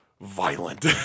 violent